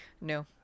No